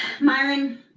Myron